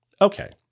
Okay